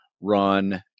run